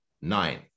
nine